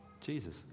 Jesus